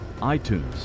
iTunes